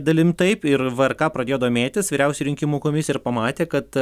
dalim taip ir vrk pradėjo domėtis vyriausioji rinkimų komisija ir pamatė kad